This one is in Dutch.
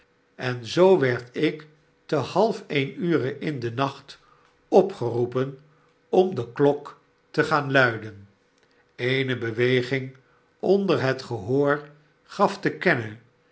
en zoo werd ik ten half een ure in den nacht opgeroepen om de klok te gaan luiden eene beweging onder het gehoor gaf te kennen